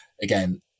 Again